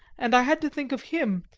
and i had to think of him,